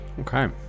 Okay